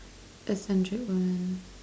eccentric one